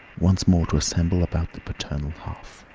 once more to assemble about the paternal hearth,